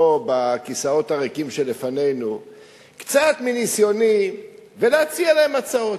בכיסאות הריקים שלפנינו קצת מניסיוני ולהציע להם הצעות.